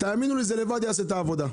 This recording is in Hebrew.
זה לבד יעשה את העבודה.